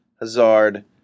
Hazard